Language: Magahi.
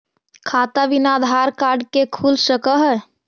खाता बिना आधार कार्ड के खुल सक है?